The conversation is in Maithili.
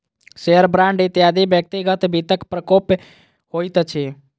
शेयर, बांड इत्यादि व्यक्तिगत वित्तक प्रकार होइत अछि